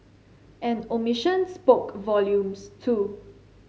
an omission spoke volumes too